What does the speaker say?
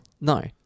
No